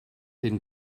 den